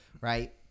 Right